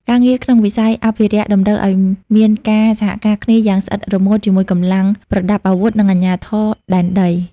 ការងារក្នុងវិស័យអភិរក្សតម្រូវឱ្យមានការសហការគ្នាយ៉ាងស្អិតរមួតជាមួយកម្លាំងប្រដាប់អាវុធ និងអាជ្ញាធរដែនដី។